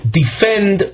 defend